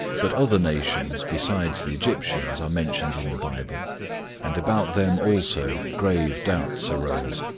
but other nations besides the egyptians are mentioned in the bible and about them also grave doubts arose.